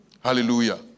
Hallelujah